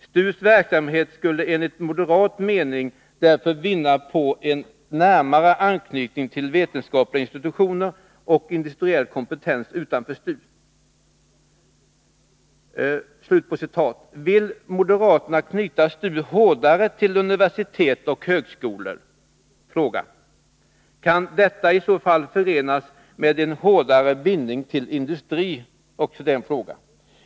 STU:s verksamhet skulle enligt utskottets mening” — dvs. enligt moderat mening — ”därför vinna på en närmare anknytning till vetenskapliga institutioner och industriell kompetens utanför STU.” Vill moderaterna knyta STU hårdare till universitet och högskolor? Kan detta i så fall förenas med en hårdare bindning till industrin?